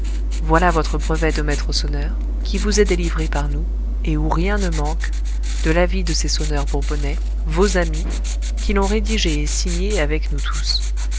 voilà votre brevet de maître sonneur qui vous est délivré par nous et où rien ne manque de l'avis de ces sonneurs bourbonnais vos amis qui l'ont rédigé et signé avec nous tous